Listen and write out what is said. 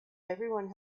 everyone